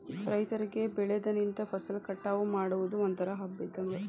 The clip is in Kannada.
ರೈತರಿಗೆ ಬೆಳದ ನಿಂತ ಫಸಲ ಕಟಾವ ಮಾಡುದು ಒಂತರಾ ಹಬ್ಬಾ ಇದ್ದಂಗ